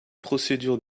procédure